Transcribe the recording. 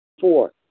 Four